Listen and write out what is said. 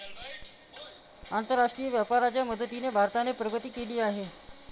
आंतरराष्ट्रीय व्यापाराच्या मदतीने भारताने प्रगती केली आहे